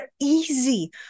easy